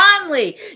Conley